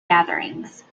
gatherings